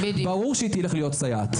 ברור שהיא תלך להיות סייעת,